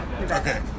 Okay